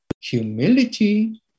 humility